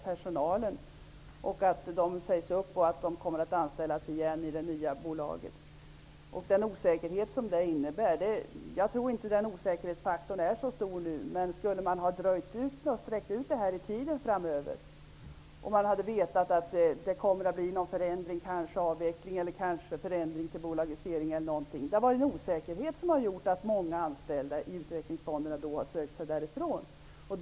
Personalen sägs upp i det gamla bolaget och återanställs i det nya, med den osäkerhet som det innebär. Jag tror inte att den osäkerhetsfaktorn blir så stor nu, som den skulle ha blivit om man väntar med att ta ställning. Man hade då kanske bara känt till att en förändring skulle ske, men man hade inte känt till av vilket slag, avveckling eller bolagisering. Det skulle ha inneburit en osäkerhet som gjort att många anställda i utvecklingsfonderna sökt sig därifrån.